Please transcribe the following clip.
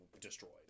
destroyed